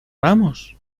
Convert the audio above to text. vamos